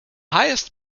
highest